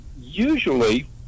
usually